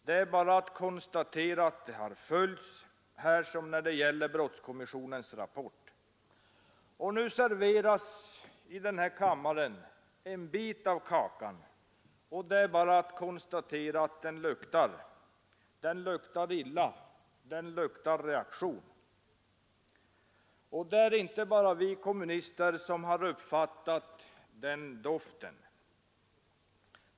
Det är bara att konstatera att de har följts, här som när det gäller brottskommissionens rapport. Nu serveras i denna kammare en bit av kakan och det är bara att konstatera att den luktar. Den luktar illa. Den luktar reaktion! Och det är inte bara vi kommunister som har uppfattat den doften.